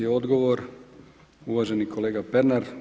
Odgovor uvaženi kolega Pernar.